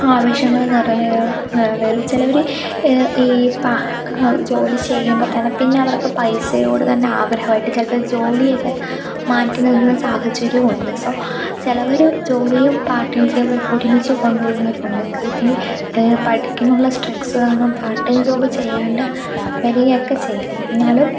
ആവശ്യങ്ങൾ നിറവേ നിറവേൽ ചിലവർ ഈ പാ ജോലി ചെയ്യുമ്പം തന്നെ പിന്നെ അവർക്ക് പൈസയോട് തന്നെ ആഗ്രഹമായിട്ട് ചിലപ്പം ജോലിയൊക്കെ മാറ്റി നിർത്തുന്ന സാഹചര്യം ഉണ്ട് സോ ചിലവർ ജോലിയും പാർട്ട് ടൈം ജോബും ഒരുമിച്ച് കൊണ്ടു പോകുന്നവരും ഉണ്ട് ചിലപ്പം ഇനി പഠിക്കുന്നുവെന്നുള്ള സ്ട്രെസ്സ് കാരണം പാർട്ട് ടൈം ജോബ് ചെയ്യാണ്ട് വരികയൊക്കെ ചെയ്യും എന്നാലും